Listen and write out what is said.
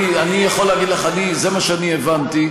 אני יכול להגיד לך שזה מה שאני הבנתי,